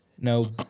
No